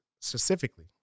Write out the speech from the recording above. specifically